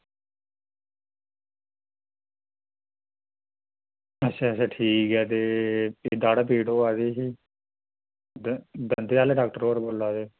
अच्छा अच्छा ठीक ऐ ते दाढ़ा पीड़ होआ दी ही दंदें आह्ले डॉक्टर होर बोल्ला दे